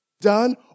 done